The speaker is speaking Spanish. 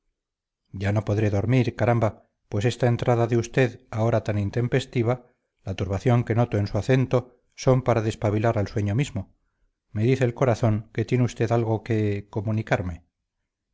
ya no podré dormir caramba pues esta entrada de usted a hora tan intempestiva la turbación que noto en su acento son para despabilar al sueño mismo me dice el corazón que tiene usted algo que comunicarme